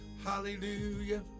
Hallelujah